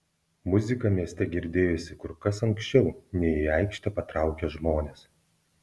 muzika mieste girdėjosi kur kas anksčiau nei į aikštę patraukė žmonės